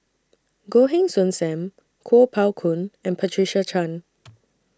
Goh Heng Soon SAM Kuo Pao Kun and Patricia Chan